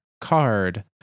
card